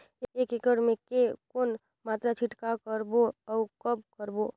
एक एकड़ मे के कौन मात्रा छिड़काव करबो अउ कब करबो?